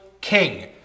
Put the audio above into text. king